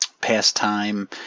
pastime